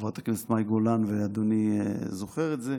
חברת הכנסת מאי גולן ואדוני זוכרים את זה.